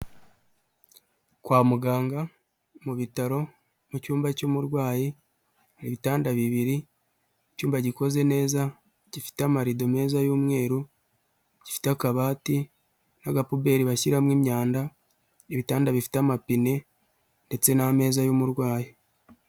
Kwa muganga mu bitaro mu cyumba cy'umurwayi hari ibitanda bibiri, icyumba gikoze neza gifite amarido meza y'umweru, gifite akabati n'agapuperi bashyiramo imyanda n'ibitanda bifite amapine ndetse n'ameza y' yumurwayi.